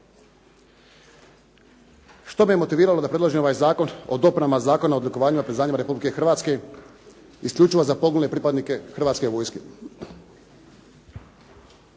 Što me motiviralo da predložim ovaj Zakon o dopunama Zakona o odlikovanjima i priznanjima Republike Hrvatske, isključivo za poginule pripadnike Hrvatske vojske.